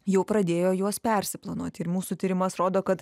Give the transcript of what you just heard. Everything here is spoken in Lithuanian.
jau pradėjo juos persiplanuoti ir mūsų tyrimas rodo kad